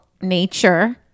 nature